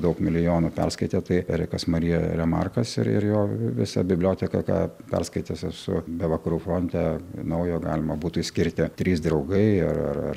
daug milijonų perskaitę tai erikas marija remarkas ir jo visą biblioteką perskaitęs esu be vakarų fronte naujo galima būtų išskirti trys draugai ar ar ar